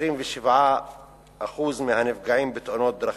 27% מהנפגעים בתאונות דרכים,